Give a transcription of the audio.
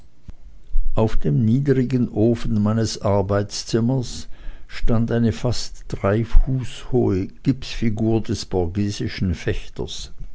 auf dem niedrigen ofen meines arbeitszimmers stand eine fast drei fuß hohe gipsfigur des borghesischen fechters